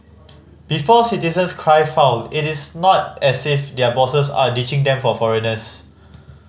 before citizens cry foul it is not as if their bosses are ditching them for foreigners